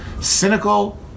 Cynical